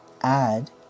add